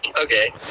Okay